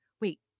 wait